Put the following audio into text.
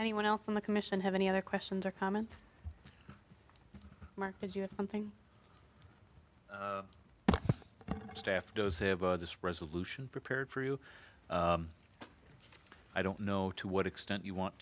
anyone else on the commission have any other questions or comments something staff does have this resolution prepared for you i don't know to what extent you want